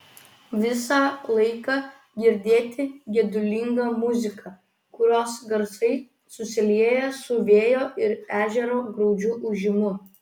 visą laiką girdėti gedulinga muzika kurios garsai susilieja su vėjo ir ežero graudžiu ūžimu